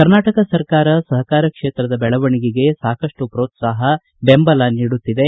ಕರ್ನಾಟಕ ಸರಕಾರ ಸಹಕಾರ ಕ್ಷೇತ್ರದ ಬೆಳವಣಿಗೆಗೆ ಸಾಕಷ್ಟು ಪೋತ್ಸಾಹ ದೆಂಬಲ ನೀಡುತ್ತಿದೆ